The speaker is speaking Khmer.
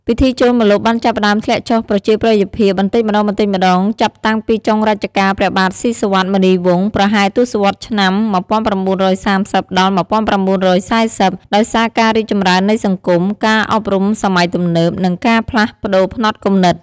ពិធីចូលម្លប់បានចាប់ផ្តើមធ្លាក់ចុះប្រជាប្រិយភាពបន្តិចម្តងៗចាប់តាំងពីចុងរជ្ជកាលព្រះបាទស៊ីសុវត្ថិ មុនីវង្ស ប្រហែលទសវត្សរ៍ឆ្នាំ ១៩៣០ ដល់ ១៩៤០ ដោយសារការរីកចម្រើននៃសង្គម ការអប់រំសម័យទំនើប និងការផ្លាស់ប្តូរផ្នត់គំនិត។